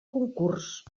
concurs